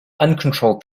uncontrolled